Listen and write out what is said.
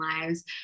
lives